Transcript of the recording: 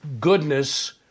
goodness